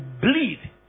bleed